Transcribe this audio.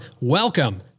Welcome